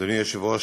אדוני היושב-ראש,